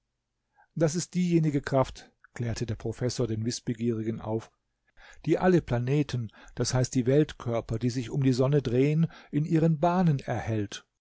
das ist diejenige kraft klärte der professor den wißbegierigen auf die alle planeten das heißt die weltkörper die sich um die sonne drehen in ihren bahnen erhält